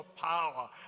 power